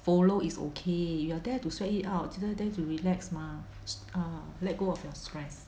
follow is okay you are there to sweat it out you know there to relax mah err let go of your stress